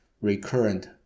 recurrent